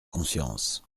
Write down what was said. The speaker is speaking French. conscience